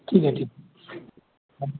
ठीक है ठीक हाँ